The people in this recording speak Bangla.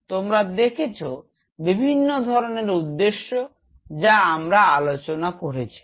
তোমরা দেখেছো বিভিন্ন ধরনের উদ্দেশ্য যা আমরা আলোচনা করেছিলাম